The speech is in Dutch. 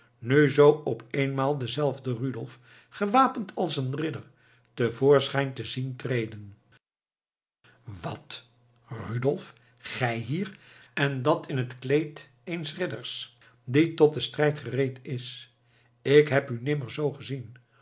nu zoo op eenmaal dezelfde rudolf gewapend als een ridder te voorschijn te zien treden wat rudolf gij hier en dat in het kleed eens ridders die tot den strijd gereed is ik heb u nimmer z gezien